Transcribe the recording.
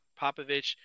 Popovich